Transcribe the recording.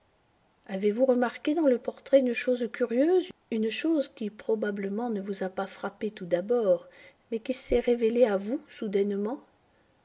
avez-vous remarqué dans le portrait une chose curieuse une chose qui probablement ne vous a pas frappé tout d'abord mais qui s'est révélée à vous soudainement